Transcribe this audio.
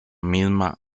misma